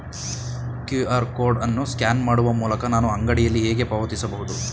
QR code ಅನ್ನು scan ಮಾಡುವ ಮೂಲಕ ನಾನು ಅಂಗಡಿಯಲ್ಲಿ ಹೇಗೆ ಪಾವತಿಸಬಹುದು?